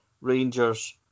Rangers